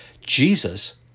Jesus